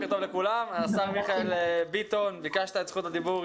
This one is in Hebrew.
השר מיכאל ביטון, ביקשת את זכות הדיבור.